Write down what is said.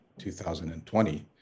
2020